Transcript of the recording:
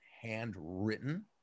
handwritten